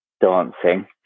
dancing